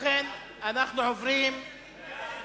ובכן, אנחנו עוברים להצבעה.